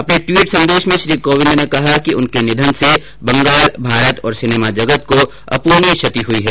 अपने ट्वीट संदेश में श्री कोविंद ने कहा कि उनके निधन से बंगाल भारत और सिनेमा जगत को अपूरणीय क्षति हुई है